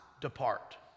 depart